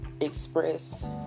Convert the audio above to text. express